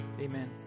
Amen